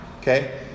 Okay